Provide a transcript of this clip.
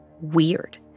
weird